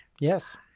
Yes